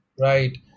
right